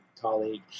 colleague